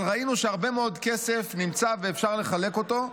אבל ראינו שהרבה מאוד כסף נמצא ואפשר לחלק אותו.